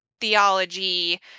theology